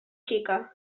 xica